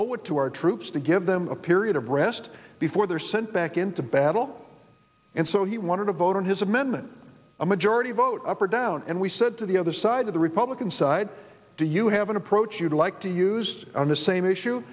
owe it to our troops to give them a period of rest before they're sent back into battle and so he wanted to vote on his amendment a majority vote up or down and we said to the other side of the republican side do you have an approach you'd like to use on the same issue